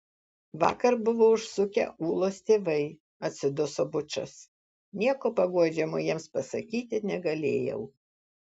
vakar buvo užsukę ūlos tėvai atsiduso bučas nieko paguodžiamo jiems pasakyti negalėjau